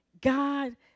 God